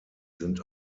sind